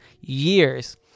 years